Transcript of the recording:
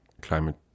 climate